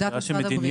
זו שאלה של מדיניות,